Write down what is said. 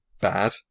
bad